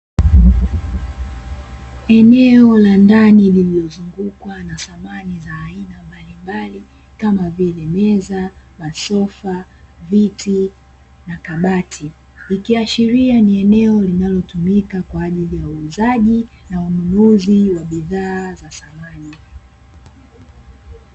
Eneo la ndani lilozungukwa na dhamani za aina mbalimbali kama vile meza viti kabati ikionekana kama ni eneo la uuzaji wa bidhaa za dhamani